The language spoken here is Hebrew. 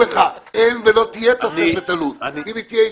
אין ולא תהיה תכנית --- אם היא תהיה,